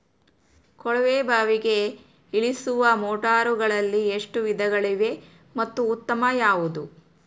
ಕೊಳವೆ ಬಾವಿಗೆ ಇಳಿಸುವ ಮೋಟಾರುಗಳಲ್ಲಿ ಎಷ್ಟು ವಿಧಗಳಿವೆ ಮತ್ತು ಉತ್ತಮ ಯಾವುದು?